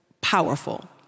powerful